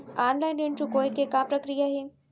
Online ऋण चुकोय के का प्रक्रिया हे?